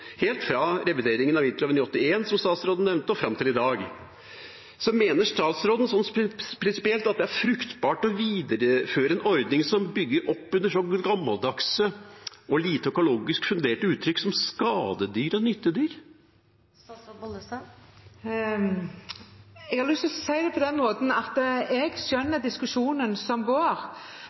helt fra revideringen av viltloven i 1981, som statsråden nevnte, og fram til i dag. Mener statsråden prinsipielt at det er fruktbart å videreføre en ordning som bygger opp under så gammeldagse og lite økologisk funderte uttrykk som «skadedyr» og «nyttedyr»? Jeg har lyst til å si det på den måten at jeg skjønner diskusjonen som går,